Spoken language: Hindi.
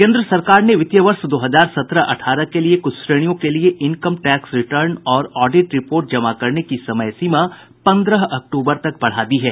केन्द्र सरकार ने वित्तीय वर्ष दो हजार सत्रह अठारह के लिए कुछ श्रेणियों के लिए इनकम टैक्स रिटर्न और ऑडिट रिपोर्ट जमा करने की समय सीमा पन्द्रह अक्टूबर तक बढ़ा दी है